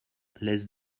laisse